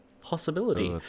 possibility